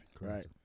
Right